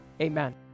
Amen